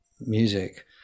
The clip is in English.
music